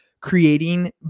creating